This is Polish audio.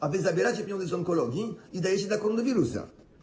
A wy zabieracie pieniądze z onkologii i dajecie na koronawirusa.